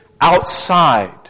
outside